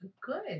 good